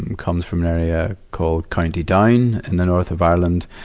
and comes from an area called county down in the north of ireland,